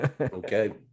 Okay